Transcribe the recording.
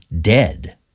dead